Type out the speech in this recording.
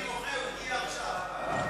הוא הגיע עכשיו.